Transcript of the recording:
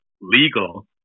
Legal